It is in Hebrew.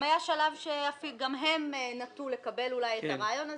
והיה שלב שבו גם הם נטו לקבל אולי את הרעיון הזה,